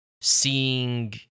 seeing